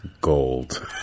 gold